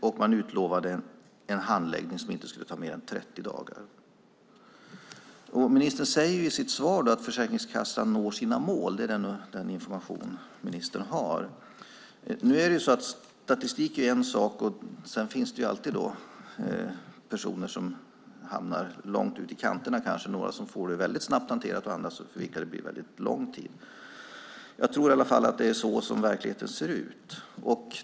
Och man utlovade en handläggning som inte skulle ta mer än 30 dagar. Ministern säger ju i sitt svar att Försäkringskassan når sina mål. Det är den information som ministern har. Nu är det så att statistik är en sak och sedan finns det alltid personer som hamnar långt ut i kanterna, kanske några som får sitt ärende hanterat väldigt snabbt och andra för vilka det tar väldigt lång tid. Jag tror i alla fall att det är så verkligheten ser ut.